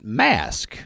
mask